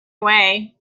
away